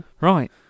Right